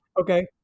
okay